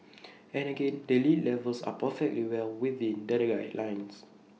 and again the lead levels are perfectly well within the guidelines